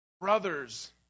brothers